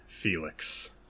Felix